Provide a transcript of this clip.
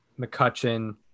McCutcheon